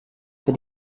für